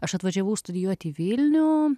aš atvažiavau studijuot į vilnių